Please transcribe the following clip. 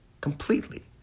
completely